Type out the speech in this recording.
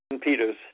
Peters